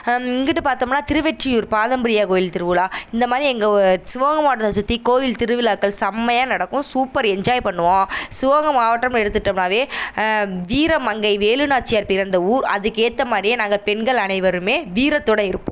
இங்கிட்டு பார்த்தோம்னா திருவெற்றியூர் பாதம்பரியா கோயில் திருவிழா இந்தமாதிரி எங்கள் சிவகங்கை மாவட்டத்தை சுற்றி கோயில் திருவிழாக்கள் செம்மையாக நடக்கும் சூப்பர் என்ஜாய் பண்ணுவோம் சிவகங்கை மாவட்டம்னு எடுத்துக்கிட்டோம்னாவே வீர மங்கை வேலுநாச்சியார் பிறந்த ஊர் அதுக்கேற்ற மாதிரியே நாங்கள் பெண்கள் அனைவருமே வீரத்தோடு இருப்போம்